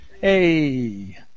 Hey